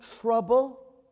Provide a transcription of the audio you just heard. trouble